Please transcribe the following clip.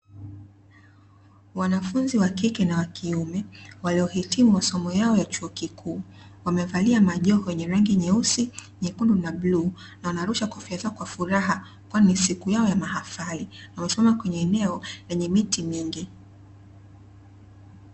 Wanafunzi wakike na wakiume waliohitimu masomo yao ya chuo kikuu, wamevalia majoho yenye rangi nyeusi, nyekundu na bluu na wanarusha kofia zao kwa furaha kwani ni siku yao ya mahafali, wamesimama kwenye eneo lenye miti mingi.